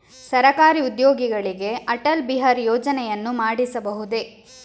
ಸರಕಾರಿ ಉದ್ಯೋಗಿಗಳಿಗೆ ಅಟಲ್ ಬಿಹಾರಿ ಯೋಜನೆಯನ್ನು ಮಾಡಿಸಬಹುದೇ?